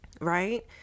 right